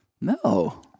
No